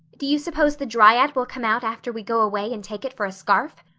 do you suppose the dryad will come out after we go away and take it for a scarf?